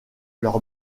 leur